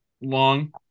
long